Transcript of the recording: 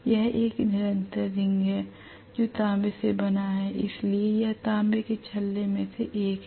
यह एक निरंतर रिंग है जो तांबे से बना है इसलिए यह तांबे के छल्ले में से एक है